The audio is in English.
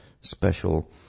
Special